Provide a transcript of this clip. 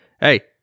Hey